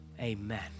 Amen